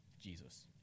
Jesus